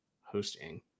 hosting